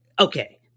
okay